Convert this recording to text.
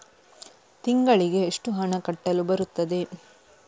ತಿಂಗಳಿಗೆ ಎಷ್ಟು ಹಣ ಕಟ್ಟಲು ಬರುತ್ತದೆ?